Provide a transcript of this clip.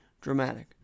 dramatic